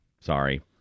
Sorry